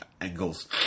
angles